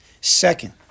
Second